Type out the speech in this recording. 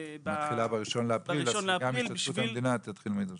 מתחילה ב-1 באפריל אז גם השתתפות המדינה תתחיל מזה.